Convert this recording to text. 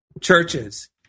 churches